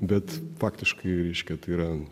bet faktiškai reiškia tai yra